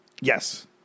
Yes